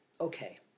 Okay